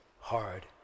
hard